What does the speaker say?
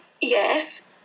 yes